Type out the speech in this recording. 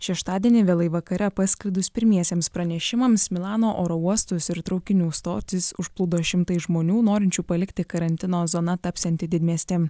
šeštadienį vėlai vakare pasklidus pirmiesiems pranešimams milano oro uostus ir traukinių stotis užplūdo šimtai žmonių norinčių palikti karantino zona tapsiantį didmiestį